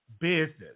business